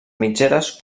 mitgeres